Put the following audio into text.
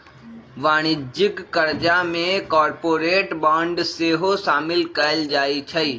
वाणिज्यिक करजा में कॉरपोरेट बॉन्ड सेहो सामिल कएल जाइ छइ